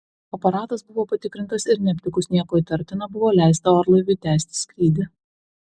aparatas buvo patikrintas ir neaptikus nieko įtartina buvo leista orlaiviui tęsti skrydį